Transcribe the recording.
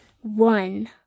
One